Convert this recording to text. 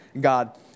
God